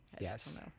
Yes